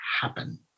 happen